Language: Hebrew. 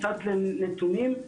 קצת נתונים.